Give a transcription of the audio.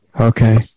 Okay